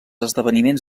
esdeveniments